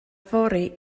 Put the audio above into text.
fory